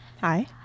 Hi